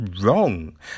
wrong